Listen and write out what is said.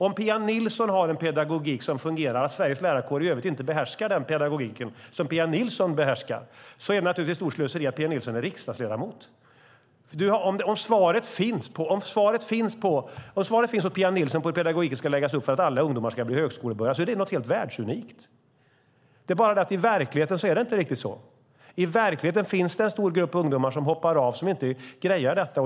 Om Pia Nilsson har en pedagogik som fungerar och Sveriges lärarkår i övrigt inte behärskar den pedagogiken är det naturligtvis ett stort slöseri att Pia Nilsson är riksdagsledamot. Om svaret finns hos Pia Nilsson på hur pedagogiken ska läggas upp för att alla ungdomar ska bli högskolebehöriga är det något världsunikt. Det är bara det att i verkligheten är det inte riktigt så. I verkligheten finns det en stor grupp ungdomar som hoppar av, som inte grejar detta.